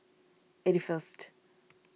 eighty first